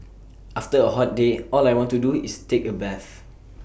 after A hot day all I want to do is take A bath